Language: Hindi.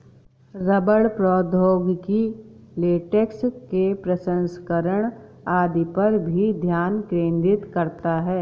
रबड़ प्रौद्योगिकी लेटेक्स के प्रसंस्करण आदि पर भी ध्यान केंद्रित करता है